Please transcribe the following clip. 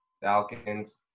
Falcons